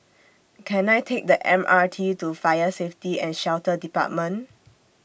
Can I Take The M R T to Fire Safety and Shelter department